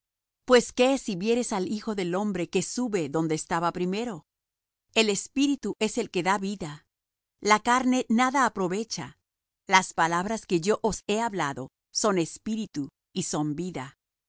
pues qué si viereis al hijo del hombre que sube donde estaba primero el espíritu es el que da vida la carne nada aprovecha las palabras que yo os he hablado son espíritu y son vida